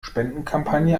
spendenkampagne